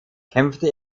kämpfte